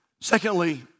Secondly